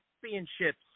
championships